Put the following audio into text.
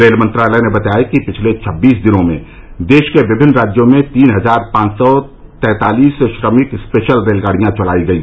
rail मंत्रालय ने बताया कि पिछले छब्बीस दिनों में देश के विभिन्न राज्यों में तीन हजार पांच सौ तैंतालीस श्रमिक स्पेशल रेलगाड़ियां चलाई गई